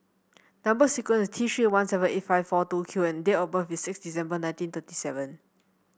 number sequence is T Three one seven eight five four two Q and date of birth is six December nineteen thirty seven